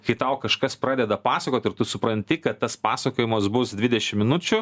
kai tau kažkas pradeda pasakot ir tu supranti kad tas pasakojimas bus dvidešim minučių